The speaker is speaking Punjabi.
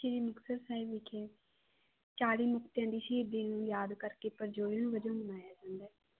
ਸ੍ਰੀ ਮੁਕਤਸਰ ਸਾਹਿਬ ਵਿਖੇ ਚਾਲੀ ਮੁਕਤਿਆਂ ਦੀ ਸ਼ਹੀਦੀ ਨੂੰ ਯਾਦ ਕਰਕੇ ਪਰਜੋਈਨ ਵਜੋਂ ਮਨਾਇਆ ਜਾਂਦਾ